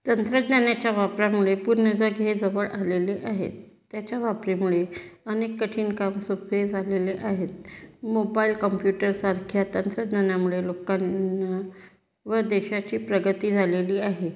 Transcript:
तंत्रज्ञानाच्या वापरामुळे पूर्ण जग हे जवळ आलेले आहे त्याच्या वापरामुळे अनेक कठीण काम सोपे झालेले आहेत मोबाईल कम्प्युटरसारख्या तंत्रज्ञानामुळे लोकांना व देशाची प्रगती झालेली आहे